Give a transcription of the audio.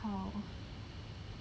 orh